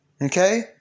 Okay